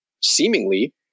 seemingly